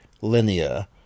linear